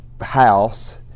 house